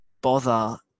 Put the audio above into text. bother